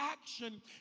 action